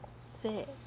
Sit